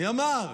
מי אמר?